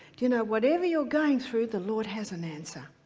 do you know whatever you're going through the lord has an answer.